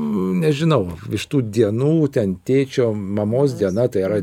nežinau iš tų dienų ten tėčio mamos diena tai yra